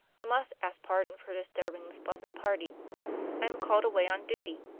i must ask pardon for disturbing this pleasant party i am called away on duty.